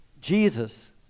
Jesus